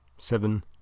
Seven